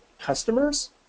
customers